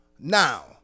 Now